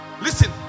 Listen